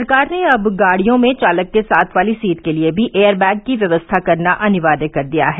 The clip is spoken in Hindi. सरकार ने अब गाडियों में चालक के साथ वाली सीट के लिए भी एयरबैग की व्यवस्था करना अनिवार्य कर दिया है